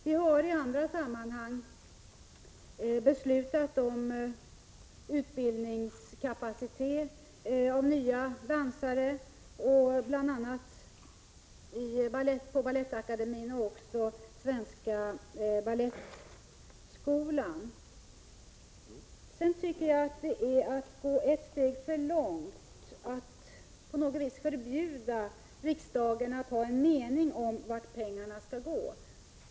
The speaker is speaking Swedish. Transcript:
Vi har i andra sammanhang beslutat om utbildningskapacitet och om utbildning av nya dansare bl.a. på Balettakademin och i Svenska balettskolan. I övrigt tycker jag det är att gå ett steg för långt att på något vis förbjuda riksdagen att ha en mening om vart pengarna skall gå.